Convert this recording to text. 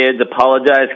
Apologize